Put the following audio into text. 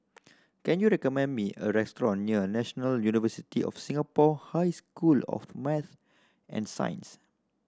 can you recommend me a restaurant near National University of Singapore High School of Math and Science